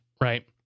right